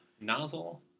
nozzle